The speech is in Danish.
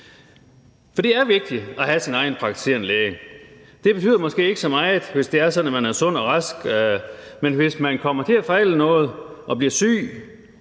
For det er vigtigt at have sin egen praktiserende læge. Det betyder måske ikke så meget, hvis det er sådan, at man er sund og rask, men hvis man kommer til at fejle noget, bliver syg,